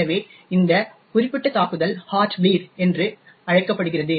எனவே இந்த குறிப்பிட்ட தாக்குதல் ஹார்ட் பிளீட் என்று அழைக்கப்படுகிறது